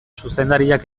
zuzendariak